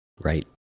Right